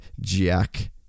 Jack